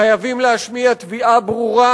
חייבים להשמיע תביעה ברורה